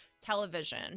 television